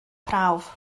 prawf